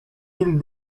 îles